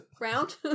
round